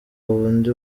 wundi